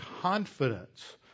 confidence